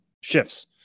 shifts